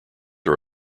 are